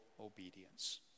obedience